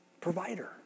Provider